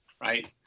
right